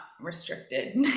restricted